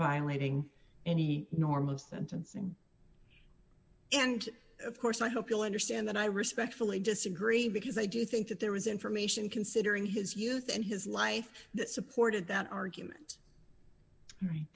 violating any norm of sentencing and of course i hope you'll understand that i respectfully disagree because i do think that there was information considering his youth and his life that supported that argument